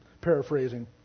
paraphrasing